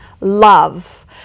love